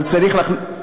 אבל צריך, איתן,